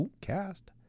cast